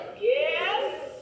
yes